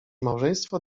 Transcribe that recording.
małżeństwo